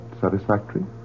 satisfactory